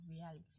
reality